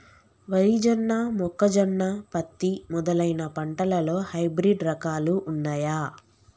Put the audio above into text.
వరి జొన్న మొక్కజొన్న పత్తి మొదలైన పంటలలో హైబ్రిడ్ రకాలు ఉన్నయా?